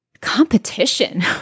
Competition